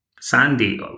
Sandy